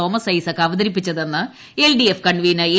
Thomas Isaac അവതരിപ്പിച്ചതെന്ന് LDF convenor A